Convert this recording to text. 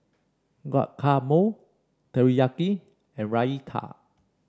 Guacamole Teriyaki and Raita